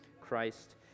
Christ